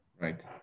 Right